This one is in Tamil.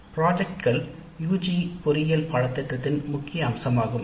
பிராஜெக்ட்கள் யுஜி பொறியியல் பாடத்திட்டத்தின் முக்கிய அம்சமாகும்